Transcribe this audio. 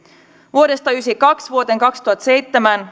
vuodesta tuhatyhdeksänsataayhdeksänkymmentäkaksi vuoteen kaksituhattaseitsemän